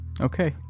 Okay